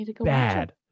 bad